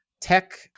tech